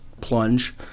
plunge